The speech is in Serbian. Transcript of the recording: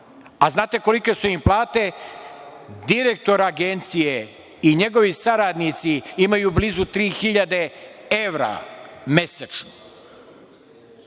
Znate kolike su im plate? Direktor Agencije i njegovi saradnici imaju blizu 3.000 evra mesečno.